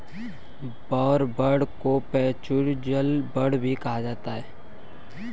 war bond को perpetual bond भी कहा जाता है